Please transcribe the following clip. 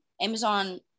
Amazon